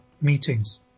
meetings